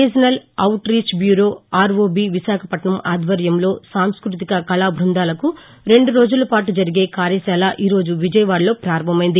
regional outreach bureau R O B Visakhapatnam ఆధ్వర్యంలో సాంస్కృతిక కకాబ్బందాలకు రెండు రోజుల పాటు జరిగే కార్యశాల ఈరోజు విజయవాదలో ప్రారంభమైంది